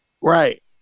right